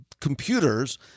computers